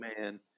man